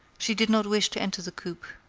she did not wish to enter the coupe,